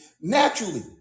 Naturally